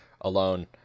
alone